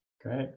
Great